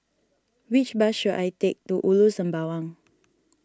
which bus should I take to Ulu Sembawang